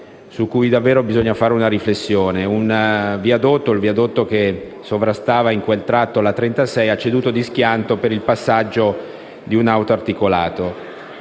su cui davvero bisogna fare una riflessione. Un viadotto che sovrastava in quel tratto la statale n. 36 ha ceduto di schianto per il passaggio di un autoarticolato.